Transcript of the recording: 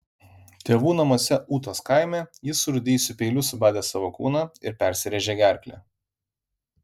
tėvų namuose ūtos kaime jis surūdijusiu peiliu subadė savo kūną ir persirėžė gerklę